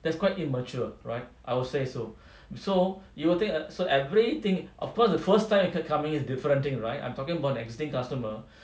that's quite immature right I would say so so you will think so everything of course the first time you could come in is different thing right I'm talking about the existing customer